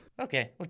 Okay